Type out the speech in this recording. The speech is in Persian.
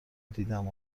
دیدم